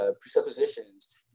presuppositions